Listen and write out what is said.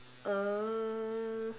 uh